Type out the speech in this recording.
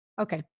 Okay